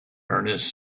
ernest